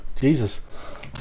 Jesus